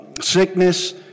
sickness